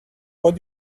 what